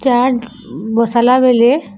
charge ବସାଇଲା ବେଳେ